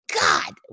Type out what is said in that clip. God